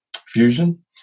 fusion